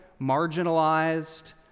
marginalized